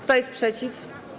Kto jest przeciw?